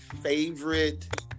favorite